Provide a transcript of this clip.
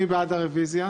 מי בעד הרוויזיה?